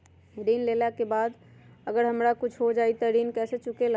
ऋण लेला के बाद अगर हमरा कुछ हो जाइ त ऋण कैसे चुकेला?